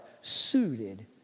suited